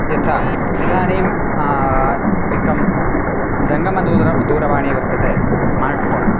यथा इदानीं एकं जङ्गमदूर दूरवाणी वर्तते स्मार्ट् फ़ोन्